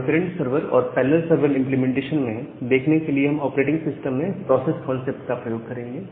concurrent server और parallel server implementation को देखने के लिए हम ऑपरेटिंग सिस्टम में प्रोसेस कंसेप्ट का प्रयोग करेंगे